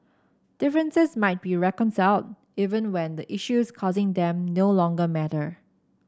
differences might not be reconciled even when the issues causing them no longer matter